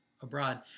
abroad